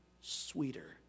sweeter